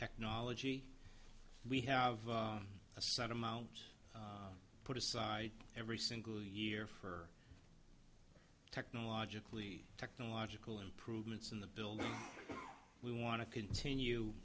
technology we have a set amount put aside every single year for technologically technological improvements in the building we want to continue